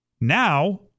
Now